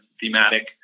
thematic